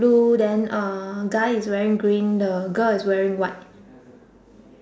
blue then uh guy is wearing green the girl is wearing white